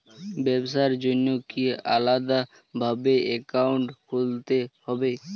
ব্যাবসার জন্য কি আলাদা ভাবে অ্যাকাউন্ট খুলতে হবে?